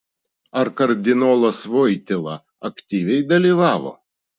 ar kardinolas voityla aktyviai dalyvavo